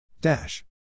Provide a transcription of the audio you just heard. Dash